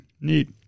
neat